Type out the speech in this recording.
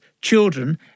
children